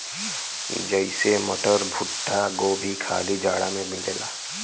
जइसे मटर, भुट्टा, गोभी खाली जाड़ा मे मिलला